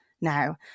now